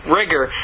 rigor